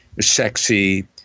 sexy